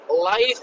life